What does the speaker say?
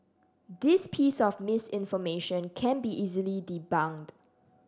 this piece of misinformation can be easily debunked